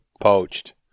poached